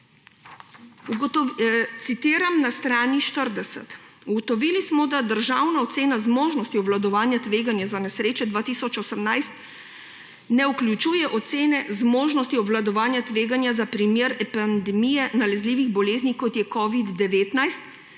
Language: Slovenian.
Citiram na strani 40: »Ugotovili smo, da državna ocena zmožnosti obvladovanja tveganja za nesreče 2018 ne vključuje ocene zmožnosti obvladovanja tveganja za primer epidemije nalezljivih bolezni, kot je covid-19